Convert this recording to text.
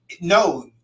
No